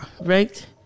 Right